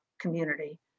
community